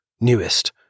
newest